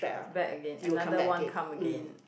back again another one come again